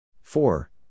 four